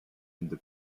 the